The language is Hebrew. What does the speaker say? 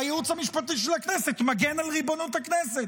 והייעוץ המשפטי של הכנסת מגן על ריבונות הכנסת.